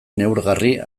neurgarri